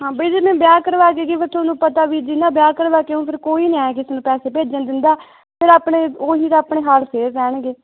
ਹਾਂ ਬਈ ਜੇ ਮੈਂ ਵਿਆਹ ਕਰਵਾ ਕੇ ਗਈ ਫਿਰ ਤੁਹਾਨੂੰ ਪਤਾ ਵੀ ਜਿਹ ਨਾਲ ਵਿਆਹ ਕਰਵਾ ਕੇ ਉਹ ਫਿਰ ਕੋਈ ਨਹੀਂ ਐਂ ਕਿਸੇ ਨੂੰ ਪੈਸੇ ਭੇਜਣ ਦਿੰਦਾ ਫਿਰ ਆਪਣੇ ਉਹੀ ਤਾਂ ਆਪਣੇ ਹਾਲ ਫੇਰ ਰਹਿਣਗੇ